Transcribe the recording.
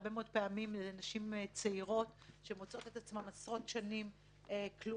הרבה מאוד פעמים אלו נשים צעירות שמוצאות עצמן עשרות שנים כלואות